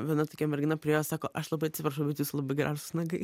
viena tokia mergina priėjo sako aš labai atsiprašau bet jūsų labai gražūs nagai